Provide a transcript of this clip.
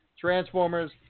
Transformers